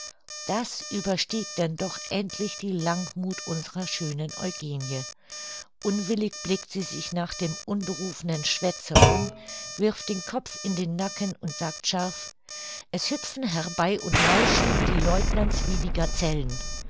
das überstieg denn doch endlich die langmuth unserer schönen eugenie unwillig blickt sie sich nach dem unberufenen schwätzer um wirft den kopf in den nacken und sagt scharf es hüpfen herbei und lauschen die lieut'nants wie die gazell'n